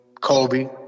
Kobe